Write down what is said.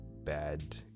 bad